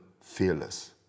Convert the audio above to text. fearless